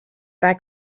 their